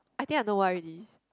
I think I know why already